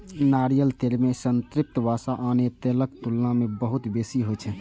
नारियल तेल मे संतृप्त वसा आन तेलक तुलना मे बहुत बेसी होइ छै